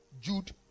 Jude